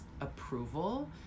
approval